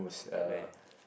at where